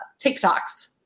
TikToks